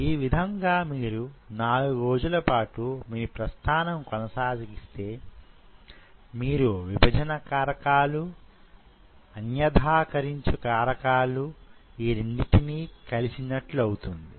ఈ విధంగా మీరు 4 రోజుల పాటు మీ ప్రస్థానం కొనసాగిస్తే మీరు విభజన కారకాలు అన్యధాకరించు కారకాలు యీ రెండింటినీ కలిపినట్లవుతుంది